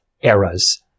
eras